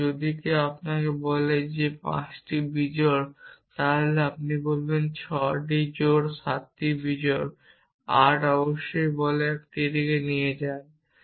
এবং যদি কেউ আপনাকে বলে যে 5টি বিজোড় তাহলে আপনি বলবেন যে 6টি জোড় 7টি বিজোড় 8 অবশ্যই বলে একটি দিকে যান